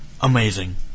amazing